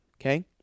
okay